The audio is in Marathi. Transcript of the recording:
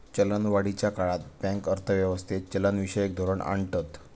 चलनवाढीच्या काळात बँक अर्थ व्यवस्थेत चलनविषयक धोरण आणतत